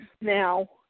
Now